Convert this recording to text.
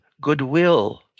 goodwill